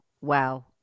wow